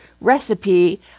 recipe